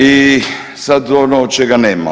I sad ono čega nema.